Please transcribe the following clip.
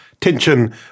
tension